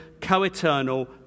co-eternal